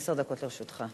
עשר דקות לרשותך.